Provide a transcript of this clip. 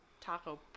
Taco